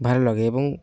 ভালো লাগে এবং